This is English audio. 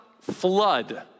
flood